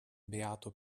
beato